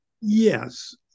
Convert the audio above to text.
Yes